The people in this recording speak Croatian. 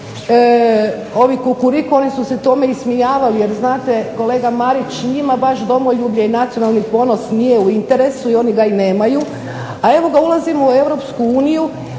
ovi "kukuriku" oni su se tome ismijavali jer znate, kolega Marić njima baš domoljublje i nacionalni ponos nije u interesu i oni ga i nemaju, a evo ga ulazimo u